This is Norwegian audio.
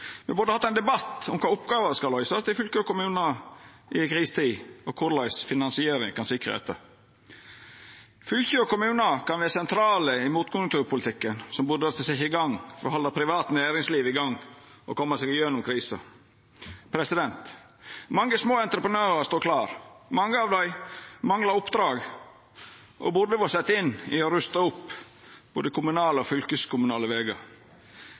hatt ein debatt om kva oppgåver som skal løysast i fylke og kommunar i ei krisetid, og korleis finansiering kan sikra dette. Fylke og kommunar kan vera sentrale i motkonjunkturpolitikken som burde setjast i gang for å halda oppe privat næringsliv og koma seg gjennom krisa. Mange små entreprenørar står klare. Mange av dei manglar oppdrag og burde vore sette inn for å rusta opp både kommunale og fylkeskommunale